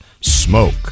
smoke